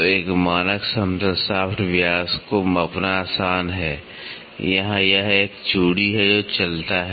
तो एक मानक समतल शाफ्ट （shaft）व्यास को मापना आसान है यहां यह एक चूड़ी है जो चलता है